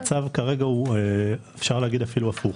המצב כרגע הוא אפילו הפוך.